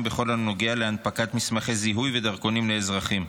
בכל הנוגע להנפקת מסמכי זיהוי ודרכונים לאזרחים.